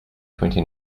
twenty